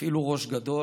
תפעילו ראש גדול.